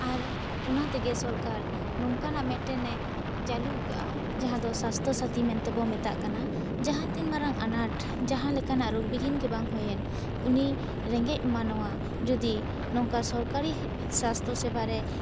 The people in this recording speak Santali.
ᱟᱨ ᱚᱱᱟ ᱛᱮᱜᱮ ᱥᱚᱨᱠᱟᱨ ᱱᱚᱝᱠᱟᱱᱟᱜ ᱢᱤᱫ ᱴᱮᱱ ᱮ ᱪᱟᱹᱞᱩ ᱟᱠᱟᱫᱟ ᱡᱟᱦᱟᱸ ᱫᱚ ᱥᱟᱥᱛᱚ ᱥᱟᱹᱛᱤ ᱢᱮᱱ ᱛᱮ ᱵᱚᱱ ᱢᱮᱛᱟᱜ ᱠᱟᱱᱟ ᱡᱟᱦᱟᱸ ᱛᱤᱱ ᱢᱟᱨᱟᱝ ᱟᱱᱟᱴ ᱡᱟᱦᱟᱸ ᱞᱮᱠᱟᱱᱟᱜ ᱨᱳᱜᱽ ᱵᱤᱦᱤᱱ ᱜᱮ ᱵᱟᱝ ᱦᱩᱭᱮᱱ ᱩᱱᱤ ᱨᱮᱸᱜᱮᱡ ᱢᱟᱱᱣᱟ ᱡᱩᱫᱤ ᱱᱚᱝᱠᱟ ᱥᱚᱨᱠᱟᱨᱤ ᱥᱟᱥᱛᱚ ᱥᱮᱣᱟ ᱨᱮ